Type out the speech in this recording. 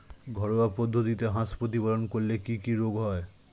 ঘরোয়া পদ্ধতিতে হাঁস প্রতিপালন করলে কি কি রোগ হয়?